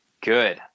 good